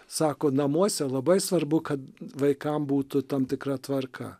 sako namuose labai svarbu kad vaikam būtų tam tikra tvarka